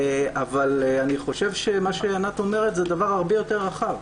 אני חושב שמה שענת אומרת זה דבר הרבה יותר רחב.